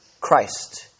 Christ